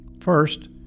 First